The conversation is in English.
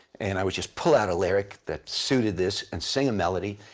and i would just pull out a lyric that suited this and sing a melody,